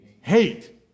hate